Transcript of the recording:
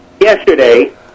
yesterday